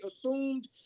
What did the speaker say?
assumed